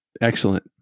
Excellent